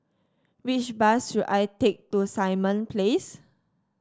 which bus should I take to Simon Place